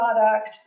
product